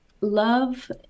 love